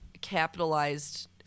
capitalized